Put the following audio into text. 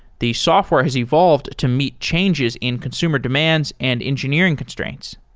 the software has evolved to meet changes in consumer demands and engineering constraints.